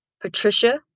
Patricia